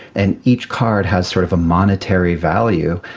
and each card has sort of a monetary value,